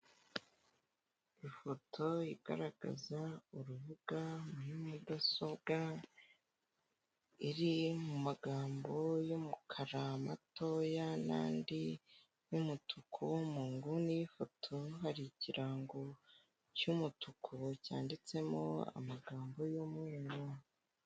Ifoto igaragaza urubuga muri mudasobwa iri mu magambo y'umukara matoya n'andi y'umutuku, mu nguni y'ifoto hari ikirango cy'umutuku cyanditsemo amagambo y'umweru.